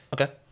Okay